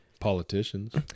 Politicians